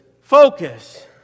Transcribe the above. focus